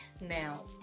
Now